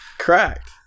cracked